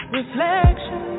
reflection